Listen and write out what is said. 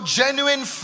genuine